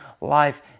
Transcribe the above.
life